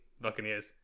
Buccaneers